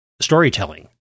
storytelling